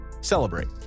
celebrate